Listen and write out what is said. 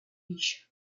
villa